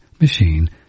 Machine